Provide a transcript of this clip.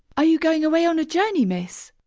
are you going away on a journey, miss?